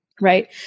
Right